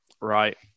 Right